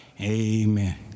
Amen